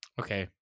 Okay